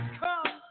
come